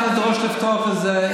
אנחנו נדרוש לפתוח את זה,